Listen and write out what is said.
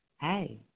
Hey